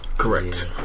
Correct